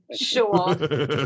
Sure